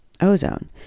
ozone